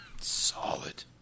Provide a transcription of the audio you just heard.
Solid